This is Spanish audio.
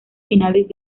finales